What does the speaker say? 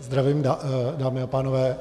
Zdravím, dámy a pánové.